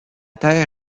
terre